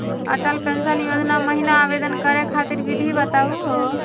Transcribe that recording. Atal pension योजना महिना आवेदन करै खातिर विधि बताहु हो?